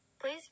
Please